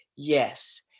Yes